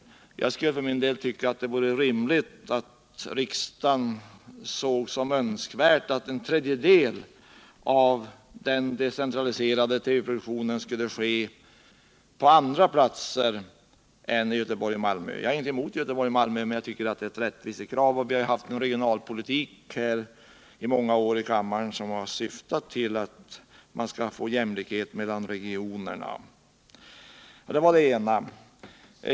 Jag anser för min del att det vore rimligt att riksdagen såg som önskvärt att en tredjedel av den decentraliserade TV-produktionen sker på andra platser än i Göteborg och Malmö. Jag har ingenting emot Göteborg och Malmö, men jag tycker att det är ett rättvist krav. Vi har i många år haft en regionalpolitik som syftat till jämlikhet mellan regionerna.